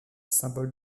symbole